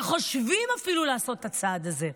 חושבים לעשות את הצעד הזה.